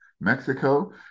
Mexico